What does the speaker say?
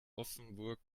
offenburg